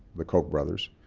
the koch brothers,